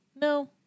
No